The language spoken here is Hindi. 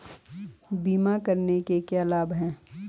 बीमा करने के क्या क्या लाभ हैं?